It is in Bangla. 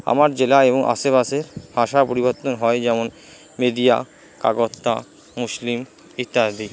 আমার জেলা এবং আশেপাশের ভাষা পরিবর্তন হয় যেমন মেদিয়া কাগত্তা মুসলিম ইত্যাদি